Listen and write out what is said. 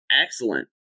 Excellent